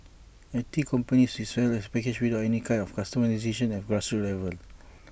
I T companies will sell as A package without any kind of customisation at A grassroots level